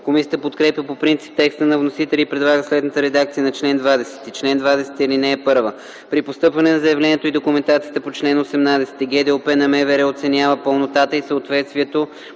Комисията подкрепя по принцип текста на вносителя и предлага следната редакция на чл. 20: “Чл. 20. (1) При постъпване на заявлението и документацията по чл. 18 ГДОП на МВР оценява пълнотата и съответствието